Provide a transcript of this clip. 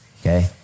okay